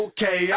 Okay